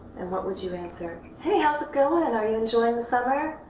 and what would you answer? hey! how's it going? and are you enjoying the summer?